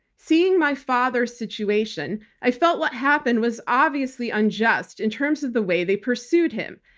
seeing my father's situation, i felt what happened was obviously unjust in terms of the way they pursued him.